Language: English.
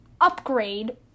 upgrade